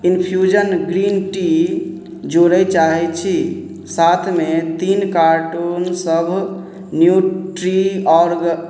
infusion green tea जोड़ै चाहै छी साथमे तीन कार्टून सब न्यूट्रीऑर्ग